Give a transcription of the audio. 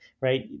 right